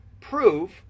prove